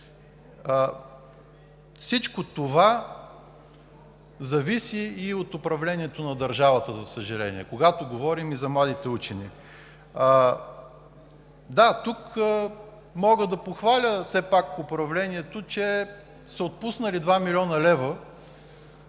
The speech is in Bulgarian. Всичко това зависи и от управлението на държавата, за съжаление, когато говорим за младите учени. Да, тук мога да похваля все пак управлението, че са отпуснали 2 млн. лв.